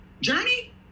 Journey